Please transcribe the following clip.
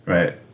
Right